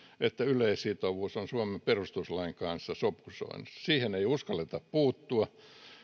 että yleissitovuus on suomen perustuslain kanssa sopusoinnussa siihen ei uskalleta puuttua